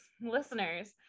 listeners